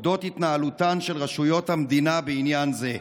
אודות התנהלותן של רשויות המדינה בעניין זה: